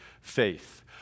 faith